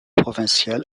provincial